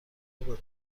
بابا